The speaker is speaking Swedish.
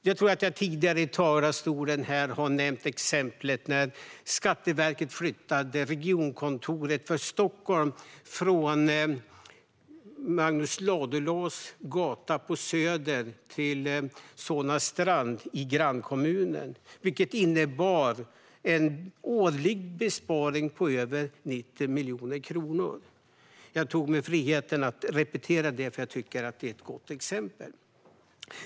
Jag tror att jag tidigare här i talarstolen har nämnt exemplet när Skatteverket flyttade regionkontoret för Stockholm från Magnus Ladulåsgatan på Söder till Solna strand i grannkommunen, vilket innebar en årlig besparing på över 90 miljoner kronor. Jag tog mig friheten att repetera detta, för jag tycker att det är ett gott exempel.